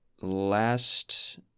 last